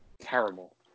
terrible